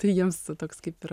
tai jiems toks kaip ir